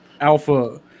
alpha